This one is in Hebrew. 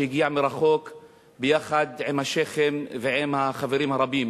שהגיע מרחוק יחד עם השיח'ים ועם החברים הרבים.